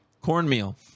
Cornmeal